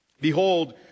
Behold